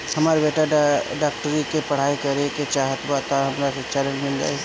हमर बेटा डाक्टरी के पढ़ाई करेके चाहत बा त हमरा शिक्षा ऋण मिल जाई?